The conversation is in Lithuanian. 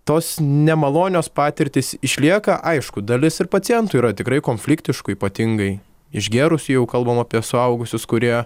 tos nemalonios patirtys išlieka aišku dalis ir pacientų yra tikrai konfliktiškų ypatingai išgėrus jau kalbam apie suaugusius kurie